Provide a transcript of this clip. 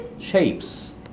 shapes